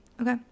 Okay